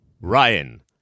Ryan